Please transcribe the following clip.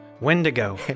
Wendigo